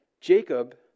Jacob